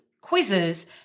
quizzes